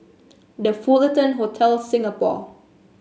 The Fullerton Hotel Singapore